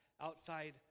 outside